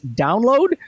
download